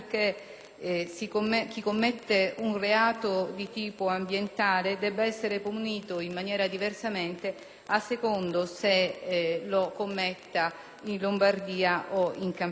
chi commette un reato di tipo ambientale debba essere punito in maniera diversa, a seconda che lo commetta in Lombardia o in Campania.